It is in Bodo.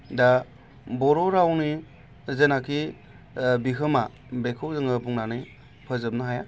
दा बर' रावनि जेनाखि बिहोमा बेखौ जोङो बुंनानै फोजोबनो हाया